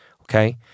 okay